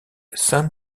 san